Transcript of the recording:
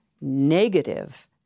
negative